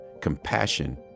compassion